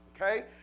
Okay